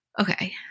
Okay